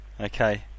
Okay